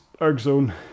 ErgZone